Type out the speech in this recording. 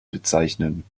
bezeichnen